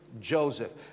Joseph